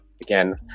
again